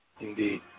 indeed